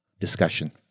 discussion